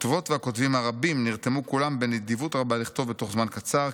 הכותבות והכותבים הרבים נרתמו כולם בנדיבות רבה לכתוב בתוך זמן קצר,